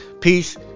peace